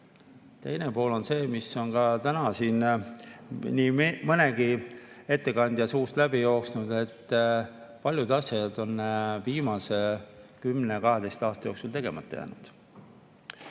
Teine pool on see, mis on ka täna siin nii mõnegi ettekandja suust läbi jooksnud: et paljud asjad on viimase 10–12 aasta jooksul tegemata jäänud.